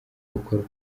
gukorwa